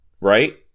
right